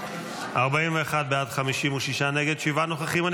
41 בעד, 56 נגד, 7 נוכחים.